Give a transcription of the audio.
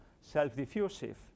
self-diffusive